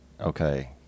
Okay